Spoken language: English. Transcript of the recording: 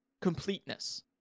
completeness